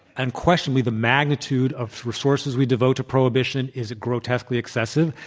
unquestionably the magnitude of resources we devote to prohibition is grotesquely excessive,